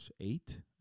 eight